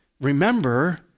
remember